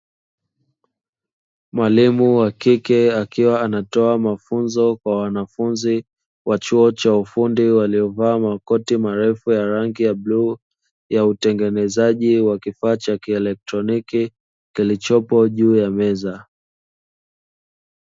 Mwalimu wa kike akiwa anatoa mafunzo kwa wanafunzi wa chuo cha ufundi, waliovaa makoti marefu ya rangi ya bluu ya utengenezaji wa kifaa cha kielektroniki kilichopo juu ya meza.